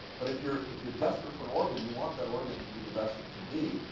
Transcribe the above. but if you're if you're desperate for an organ, you want that organ to be the best it can be.